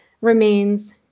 remains